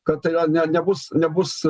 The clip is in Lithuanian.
kad tai yra ne nebus nebus